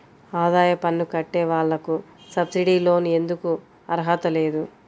ఆదాయ పన్ను కట్టే వాళ్లకు సబ్సిడీ లోన్ ఎందుకు అర్హత లేదు?